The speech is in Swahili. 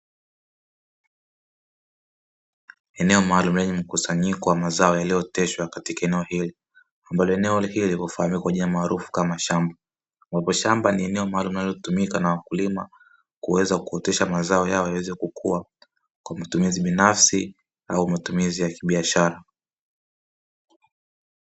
Eneo maalumu lenye mkusanyiko wa mazao yaliyooteshwa katika eneo hili ambalo eneo hili hufaamika kwa jamaa maarufu kama shamu wapo shambani, eneo ambalo linalotumika na wakulima kuweza kuotesha mazao yao yaweze kukua kwa matumizi binafsi au matumizi ya kibiashara.